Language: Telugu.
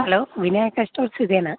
హలో వినాయక స్టోర్స్ ఇదేనా